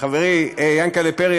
חברי יענקל'ה פרי,